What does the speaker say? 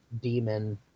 demon